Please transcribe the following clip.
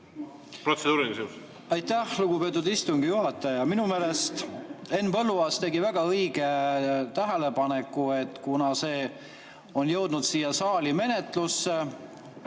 Aitäh, lugupeetud istungi juhataja! Minu meelest Henn Põlluaas tegi väga õige tähelepaneku. [Eelnõu] on jõudnud siia saali menetlusse,